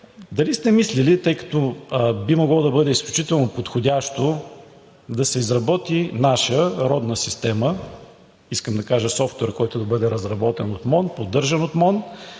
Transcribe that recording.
дали сте мислили, тъй като би могло да бъде изключително подходящо, да се изработи наша родна система, искам да кажа софтуер, който да бъде разработен от МОН, поддържан от МОН